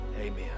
amen